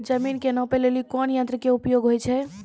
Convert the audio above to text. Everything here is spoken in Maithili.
जमीन के नापै लेली कोन यंत्र के उपयोग होय छै?